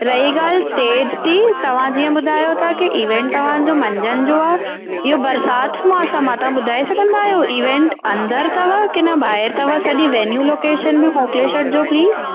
रही ॻाल्हि टेस्ट जी त तव्हां जीअं ॿुधायो था कि ईवेंट तव्हां जो मंझंनि जो आहे इहो बरसाति जो मौसम आहे तव्हां ॿुधाए सघंदा आहियो इवेंट अंदरि अथव कि न ॿाहिरि अथव सॼी वेन्यूं लोकेशन बि मोकिले छॾिजो प्लीज़